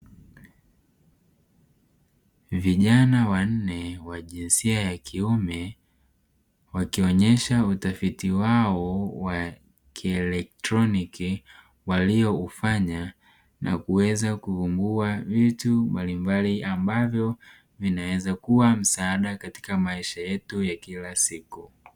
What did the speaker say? Vijana wanne wa jinsia ya kiume wakionyesha utafiti wao wa kielektroniki walioufanya na kuweza kuvumbua vitu mbalimbali ambavyo vinaweza kuwa msaada katika maisha yetu ya kila siku.